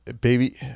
Baby